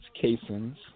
casings